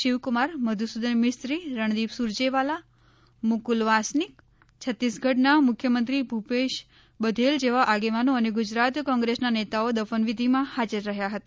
શિવકુમાર મધુસૂદન મિસ્ત્રી રણદીપ સુરજેવાલા મુકુલ વાસનીક છતીસગઢના મુખ્યમંત્રી ભુપેશ બઘેલ જેવા આગેવાનો અને ગુજરાત કોંગ્રેસના નેતાઓ દફનવિધિમાં હાજર રહ્યા હતા